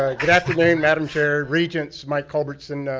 ah good afternoon, madam chair, regents. mike culverson.